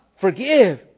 forgive